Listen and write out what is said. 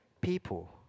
people